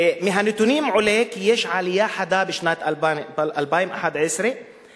מהנתונים עולה כי יש עלייה חדה בשנת 2011 באחוז